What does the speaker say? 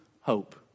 hope